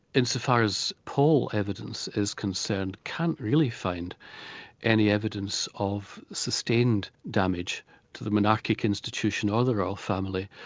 insofar as poll evidence is concerned, can't really find any evidence of sustained damage to the monarchic institution or the royal family,